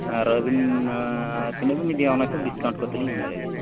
ᱟᱨ ᱟᱵᱤᱱ ᱛᱤᱱᱟᱹᱜᱵᱤᱱ ᱤᱫᱤᱭᱟ ᱚᱱᱟ ᱦᱤᱥᱟᱹᱵᱽ ᱰᱤᱥᱠᱟᱣᱩᱱᱴ ᱠᱟᱛᱮᱫᱞᱤᱧ ᱮᱢ ᱫᱟᱲᱮᱭᱟᱵᱤᱱᱟ